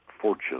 fortune